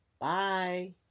Bye